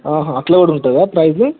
ఆహ అలా కూడా ఉంటుందా ప్రైజు